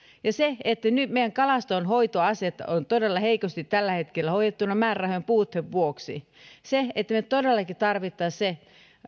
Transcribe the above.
nyt meidän kalastonhoitoasiat ovat todella heikosti täällä hoidettuina määrärahojen puutteen vuoksi me todellakin tarvitsisimme sen